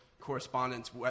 correspondence